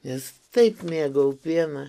nes taip mėgau pieną